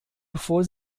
bevor